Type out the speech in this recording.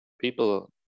people